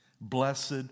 Blessed